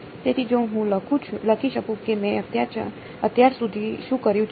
તેથી જો હું લખી શકું કે મેં અત્યાર સુધી શું કર્યું છે